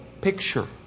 picture